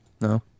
No